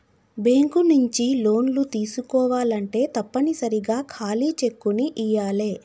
bank నుంచి లోన్లు తీసుకోవాలంటే తప్పనిసరిగా ఖాళీ చెక్కుని ఇయ్యాలే